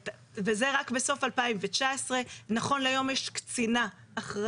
וזה רק בסוף 2019. נכון להיום יש קצינה אחראית,